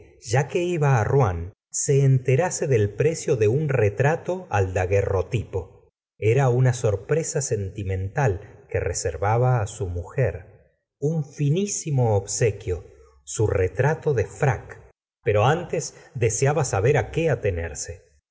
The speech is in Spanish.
ya que iba rouen se enterase del precio de un retrato al daguerreotipo era una sorpresa sentimental que reservaba su mujer un finísi gustavo flaubert mo obsequio su retrato de frac pero antes deseaba saber qué atenerse